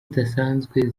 zidasanzwe